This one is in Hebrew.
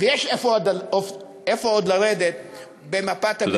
ויש עוד לאן לרדת במפת, תודה רבה.